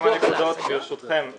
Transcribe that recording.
אם